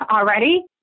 already